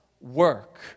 work